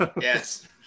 Yes